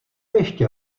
ještě